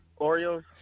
Oreos